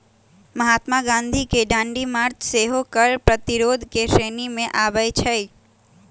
महात्मा गांधी के दांडी मार्च सेहो कर प्रतिरोध के श्रेणी में आबै छइ